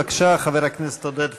בבקשה, חבר הכנסת עודד פורר.